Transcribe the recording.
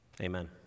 Amen